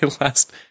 last